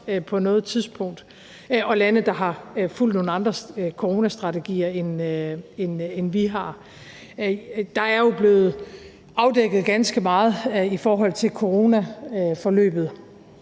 på noget tidspunkt, og lande, der har fulgt nogle andre coronastrategier, end vi har. Der er jo blevet afdækket ganske meget i forhold til coronaforløbet,